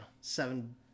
Seven